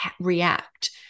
react